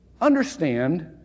understand